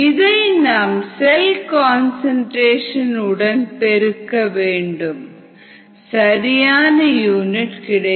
இதை நாம் cell concentration உடன் பெருக்க வேண்டும் சரியான யூனிட் கிடைக்க